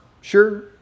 sure